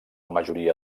majoria